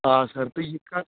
آ سَر بیٚیہِ یہِ کَتھ